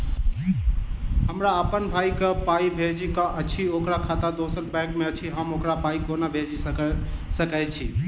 हमरा अप्पन भाई कऽ पाई भेजि कऽ अछि, ओकर खाता दोसर बैंक मे अछि, हम ओकरा पाई कोना भेजि सकय छी?